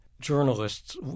journalists